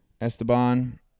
Esteban